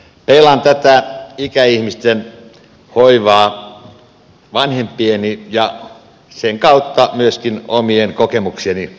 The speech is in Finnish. peilaan tätä ikäihmisten hoivaa vanhempieni ja sen kautta myöskin omien kokemuksieni kautta